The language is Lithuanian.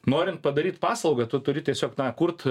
norint padaryt paslaugą tu turi tiesiog na kurt